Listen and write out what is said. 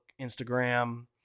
Instagram